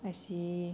I see